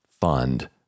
fund